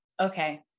Okay